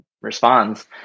responds